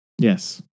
Yes